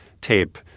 tape